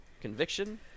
Conviction